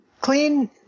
clean